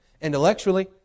intellectually